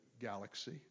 galaxy